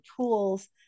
tools